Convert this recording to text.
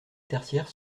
tertiaires